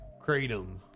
Kratom